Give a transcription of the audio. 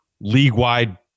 league-wide